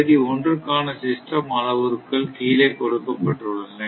பகுதி 1 க்கான சிஸ்டம் அளவுருக்கள் கீழே கொடுக்கப்பட்டுள்ளன